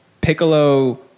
Piccolo